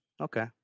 okay